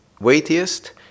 weightiest